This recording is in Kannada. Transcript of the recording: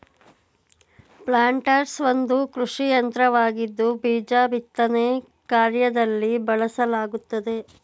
ಪ್ಲಾಂಟರ್ಸ್ ಒಂದು ಕೃಷಿಯಂತ್ರವಾಗಿದ್ದು ಬೀಜ ಬಿತ್ತನೆ ಕಾರ್ಯದಲ್ಲಿ ಬಳಸಲಾಗುತ್ತದೆ